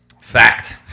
fact